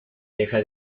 deja